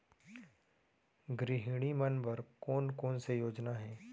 गृहिणी मन बर कोन कोन से योजना हे?